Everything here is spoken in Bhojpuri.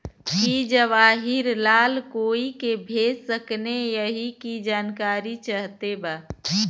की जवाहिर लाल कोई के भेज सकने यही की जानकारी चाहते बा?